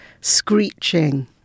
screeching